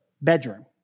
bedroom